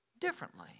differently